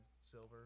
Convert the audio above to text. silver